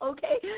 Okay